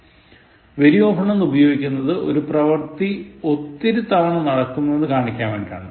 Very often എന്ന് ഉപയോഗിക്കുന്നത് ഒരു പ്രവർത്തി ഒത്തിരി തവണ നടക്കുന്നു എന്ന് കാണിക്കാനാണ്